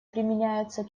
применяется